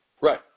Right